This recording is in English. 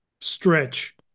stretch